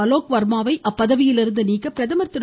அலோக் வர்மாவை அப்பதவியிலிருந்து நீக்க பிரதமர் திரு